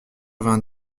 vingt